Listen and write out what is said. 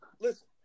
listen